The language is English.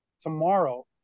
tomorrow